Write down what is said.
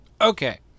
Okay